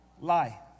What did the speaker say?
lie